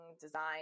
design